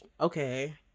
okay